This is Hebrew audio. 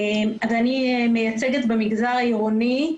אני מייצגת במגזר העירוני,